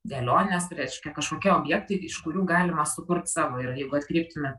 dėlionės reiškia kažkokie objektai iš kurių galima sukurt savo ir jeigu atkreiptumėt